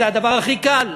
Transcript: זה הדבר הכי קל.